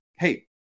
Hey